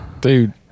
dude